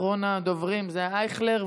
אחרון הדוברים הוא ישראל אייכלר,